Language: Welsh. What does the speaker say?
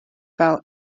fel